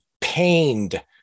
pained